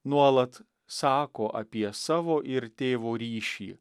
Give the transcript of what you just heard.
nuolat sako apie savo ir tėvo ryšį